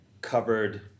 covered